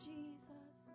Jesus